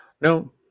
no